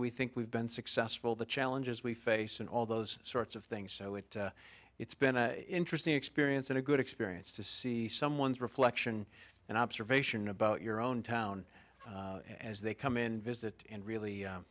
e think we've been successful the challenges we face and all those sorts of things so it it's been an interesting experience and a good experience to see someone's reflection and observation about your own town as they come in visit and really